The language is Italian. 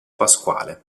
pasquale